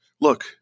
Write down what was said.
Look